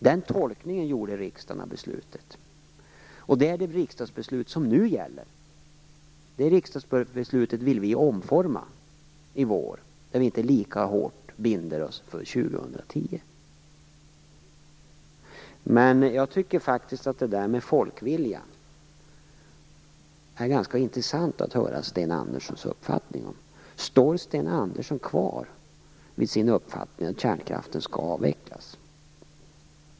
Den tolkningen gjorde riksdagen av beslutet. Det är det riksdagsbeslut som nu gäller. Det riksdagsbeslutet vill vi omforma i vår och inte binda oss lika hårt för Jag tycker faktiskt att det är ganska intressant att höra Sten Anderssons uppfattning om folkviljan. Står Sten Andersson kvar vid sin uppfattning att kärnkraften skall avvecklas?